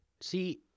See